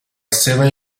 seven